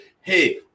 hey